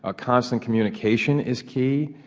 ah constant communication is key,